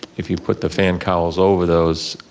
if you put the fan cowls over those,